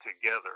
together